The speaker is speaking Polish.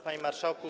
Panie Marszałku!